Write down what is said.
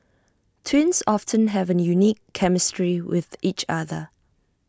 twins often have A unique chemistry with each other